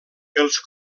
els